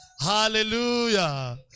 hallelujah